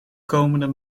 komende